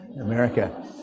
America